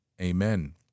Amen